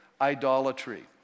idolatry